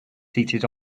seated